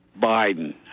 Biden